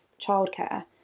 childcare